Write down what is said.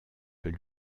peut